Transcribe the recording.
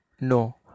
No